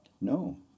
no